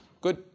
Good